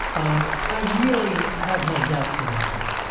um i really have my doubts about that.